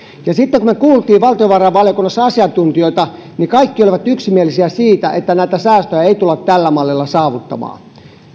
sitten kun me kuulimme valtiovarainvaliokunnassa asiantuntijoilta niin kaikki olivat yksimielisiä siitä että näitä säästöjä ei tulla tällä mallilla saavuttamaan